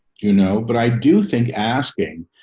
you know? but i do think asking,